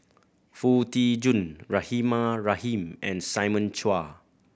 Foo Tee Jun Rahimah Rahim and Simon Chua